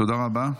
תודה רבה.